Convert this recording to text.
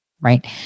right